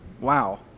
wow